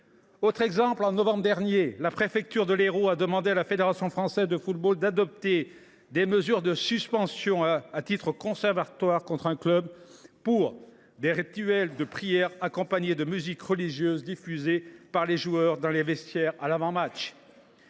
Autre exemple : en novembre dernier, la préfecture de l’Hérault a demandé à la Fédération française de football d’adopter des mesures de suspension à titre conservatoire à l’encontre d’un club en raison de la tenue de rituels de prière accompagnés de musique religieuse, diffusée par les joueurs dans les vestiaires lors de l’avant match.